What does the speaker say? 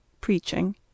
Preaching